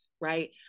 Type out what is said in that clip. right